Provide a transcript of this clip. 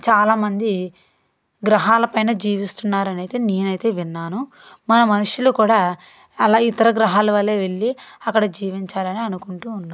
చాలామంది గ్రహాల పైన జీవిస్తున్నారని నేనైతే విన్నాను మన మనుషులు కూడా అలా ఇతర గ్రహాలు వలె వెళ్ళి అక్కడ జీవించాలని అనుకుంటు ఉన్నారు